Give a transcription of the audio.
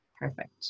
Perfect